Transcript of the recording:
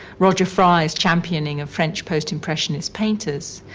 roger fry's championing of french post-impressionist painters.